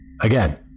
Again